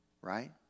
Right